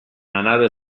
another